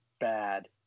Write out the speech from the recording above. bad